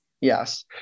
Yes